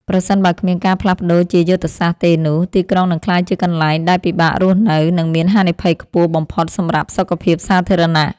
ប្រសិនបើគ្មានការផ្លាស់ប្តូរជាយុទ្ធសាស្ត្រទេនោះ ទីក្រុងនឹងក្លាយជាកន្លែងដែលពិបាករស់នៅ និងមានហានិភ័យខ្ពស់បំផុតសម្រាប់សុខភាពសាធារណៈ។